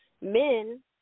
men